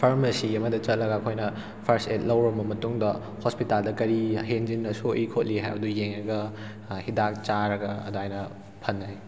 pharmacy ꯑꯃꯗ ꯆꯠꯂꯒ ꯑꯩꯈꯣꯏꯅ ꯐꯥꯔꯁ ꯑꯦꯗ ꯂꯧꯔꯕ ꯃꯇꯨꯡꯗ ꯍꯣꯁꯄꯤꯇꯥꯜꯗ ꯀꯔꯤ ꯍꯦꯟꯖꯤꯟꯅ ꯁꯣꯛꯏ ꯈꯣꯠꯂꯤ ꯍꯥꯏꯕꯗꯨ ꯌꯦꯡꯂꯒ ꯍꯤꯗꯥꯛ ꯆꯥꯔꯒ ꯑꯗꯨꯃꯥꯏꯅ ꯐꯅꯩ